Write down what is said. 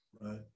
right